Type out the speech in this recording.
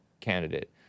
candidate